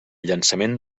llançament